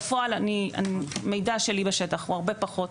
בפועל, מידע שלי בשטח, הוא הרבה פחות,